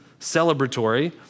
celebratory